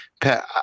Pat